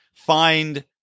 find